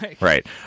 Right